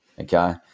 Okay